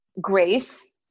grace